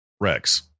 Rex